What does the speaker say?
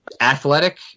athletic